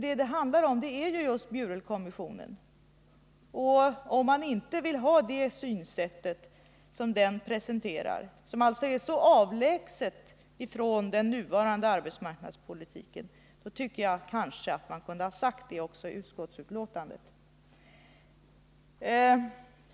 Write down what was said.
Detta handlar just om Bjurelkommissionen. Om man inte vill ha en sysselsättningspolitik som den presenterade och som är så avlägsen ifrån den nuvarande arbetsmarknadspolitiken, då tycker jag kanske att man kunde ha sagt det i utskottsbetänkandet.